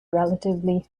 relatively